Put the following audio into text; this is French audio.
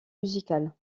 musicales